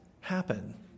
happen